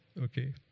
Okay